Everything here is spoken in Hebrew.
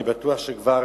אני בטוח שכבר